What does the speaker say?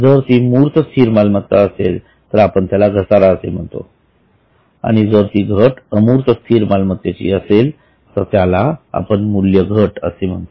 जर ती मूर्त स्थिर मालमत्ता असेल तर आपण त्याला घसारा असे म्हणतो आणि जर ती घट अमूर्त स्थिर मालमत्तेची असेल तर त्याला मूल्यघट असे म्हणतो